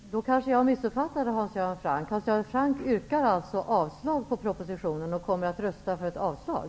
Herr talman! Då kanske jag missuppfattade Hans Göran Franck. Hans Göran Franck yrkar alltså avslag på propositionen och kommer att rösta för ett avslag?